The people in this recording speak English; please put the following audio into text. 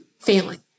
failing